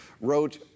wrote